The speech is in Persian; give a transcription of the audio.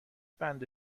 بند